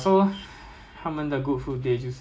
就是 let you experience the